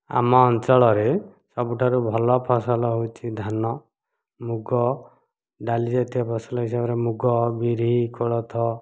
ଆମ ଅଞ୍ଚଳରେ ସବୁଠାରୁ ଭଲ ଫସଲ ହେଉଛି ଧାନ ମୁଗ ଡାଲିଜାତୀୟ ଫସଲ ହିସାବରେ ମୁଗ ବିରି କୋଳଥ